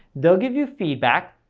they'll give you feedback,